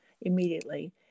immediately